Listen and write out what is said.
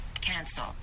Cancel